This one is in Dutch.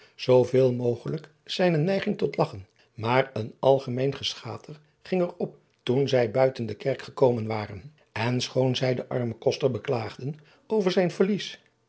zooveel mogelijk zijne neiging tot lagchen maar een algemeen geschater ging er op toen zij buiten de kerk gekomen waren en schoon zij den armen koster beklaagden over zijn verlies